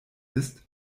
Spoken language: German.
ist